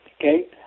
okay